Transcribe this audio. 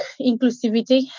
inclusivity